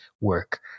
work